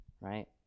Right